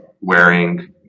wearing